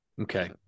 Okay